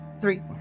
three